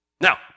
Now